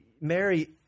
Mary